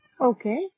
Okay